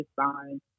design